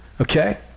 okay